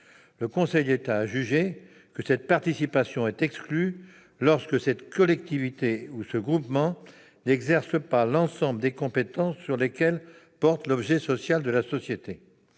à une société publique locale est exclue lorsque cette collectivité ou ce groupement n'exerce pas l'ensemble des compétences sur lesquelles porte l'objet social de la société.